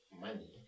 money